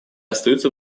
остаются